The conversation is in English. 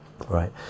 Right